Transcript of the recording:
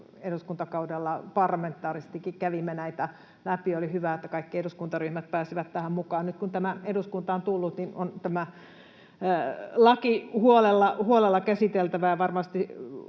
eduskuntakaudella parlamentaarisestikin kävimme näitä läpi. Oli hyvä, että kaikki eduskuntaryhmät pääsivät tähän mukaan. Nyt kun tämä eduskuntaan on tullut, niin tämä laki on huolella käsiteltävä,